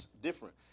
different